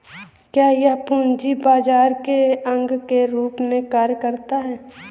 क्या यह पूंजी बाजार के अंग के रूप में कार्य करता है?